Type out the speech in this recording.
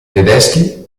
tedeschi